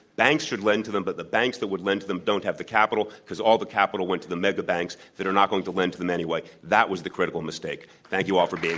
banks should lend to them but the banks that would lend to them don't have the capital, because all the capital went to the megabanks that are not going to lend to them anyway. that was the critical mistake. thank you all for being